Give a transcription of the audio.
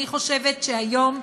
אני חושבת שהיום,